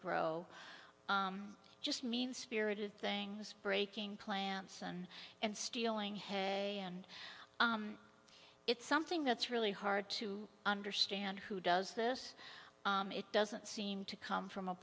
grow just mean spirited things breaking plants and and stealing hay and it's something that's really hard to understand who does this it doesn't seem to come from a